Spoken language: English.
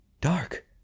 Dark